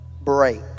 break